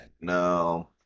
No